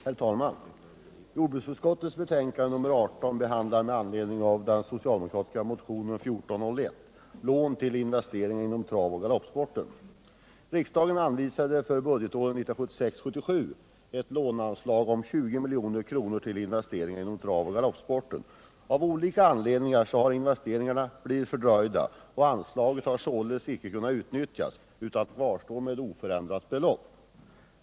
Herr talman! Jordbruksutskottets betänkande nr 18 behandlar, med anledning av den socialdemokratiska motionen 1401, frågan om lån till investeringar inom travoch galoppsporten. Riksdagen anvisade för budgetåret 1976/77 ett låneanslag om 20 milj.kr. till investeringar inom travoch galoppsporten. Av olika anledningar har investeringarna blivit fördröjda, och anslaget har således inte kunnat utnyttjas utan kvarstår med oförändrat belopp.